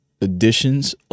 Additions